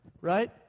right